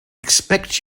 expect